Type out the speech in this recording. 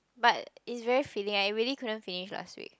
but it's very filling eh I really couldn't finish last week